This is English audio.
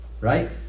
right